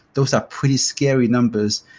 those are pretty scary numbers,